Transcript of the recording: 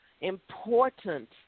important